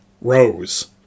rose